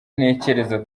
ntekereza